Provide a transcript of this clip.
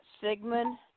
Sigmund